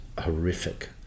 horrific